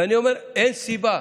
ואני אומר, אין סיבה.